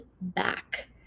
back